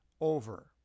over